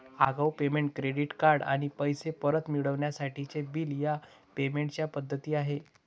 आगाऊ payment, credit card आणि पैसे परत मिळवण्यासाठीचे बिल ह्या पेमेंट च्या पद्धती आहे